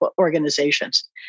Organizations